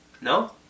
No